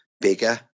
bigger